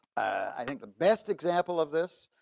i think the best example of this,